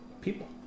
people